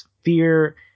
fear